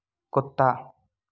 कुत्ता